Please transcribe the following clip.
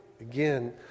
Again